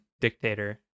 dictator